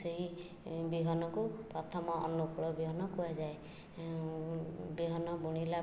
ସେହି ବିହନକୁ ପ୍ରଥମ ଅନୁକୂଳ ବିହନ କୁହାଯାଏ ବିହନ ବୁଣିଲା